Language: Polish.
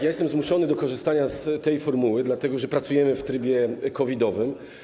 Jestem zmuszony do korzystania z tej formuły, dlatego że pracujemy w trybie COVID-owym.